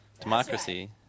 Democracy